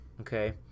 okay